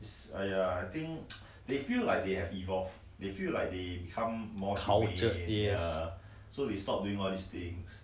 cultured this